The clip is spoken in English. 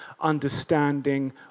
understanding